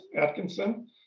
Atkinson